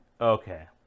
okay